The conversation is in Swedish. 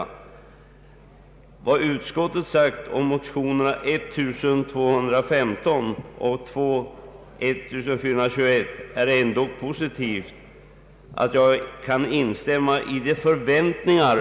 Vad utskottet anfört om motionerna I: 1215 och II: 1421 är ändå så positivt att jag kan instämma i utskottets förväntningar.